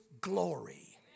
glory